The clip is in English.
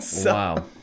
wow